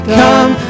come